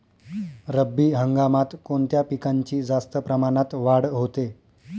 रब्बी हंगामात कोणत्या पिकांची जास्त प्रमाणात वाढ होते?